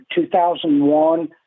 2001